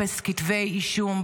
אפס כתבי אישום,